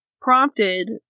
prompted